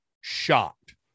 shocked